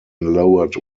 lowered